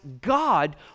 God